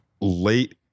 late